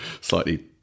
slightly